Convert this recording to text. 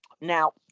Now